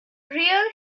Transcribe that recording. real